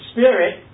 Spirit